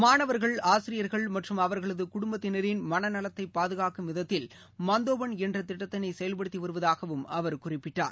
மாணவர்கள் ஆசிரியர்கள் மற்றும் அவர்களது குடும்பத்தினரின் மன நலத்தை பாதுகாக்கும் விதத்தில் மந்தோபன் என்ற திட்டத்தினை செயல்படுத்தி வருவதாக அவர் குறிப்பிட்டார்